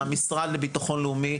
מהמשרד לביטחון לאומי.